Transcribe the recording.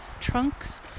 trunks